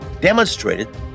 demonstrated